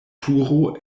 turo